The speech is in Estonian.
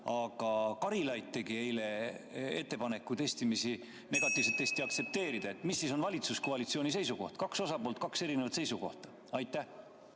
aga Karilaid tegi eile ettepaneku negatiivset testi aktsepteerida. Milline on valitsuskoalitsiooni seisukoht? Kaks osapoolt, kaks erinevat seisukohta. Aitäh!